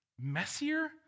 messier